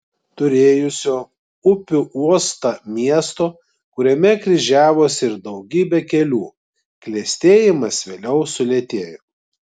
turėjusio upių uostą miesto kuriame kryžiavosi ir daugybė kelių klestėjimas vėliau sulėtėjo